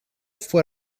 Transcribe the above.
fue